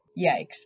Yikes